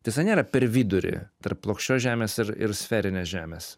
tiesa nėra per vidurį tarp plokščios žemės ir ir sferinės žemės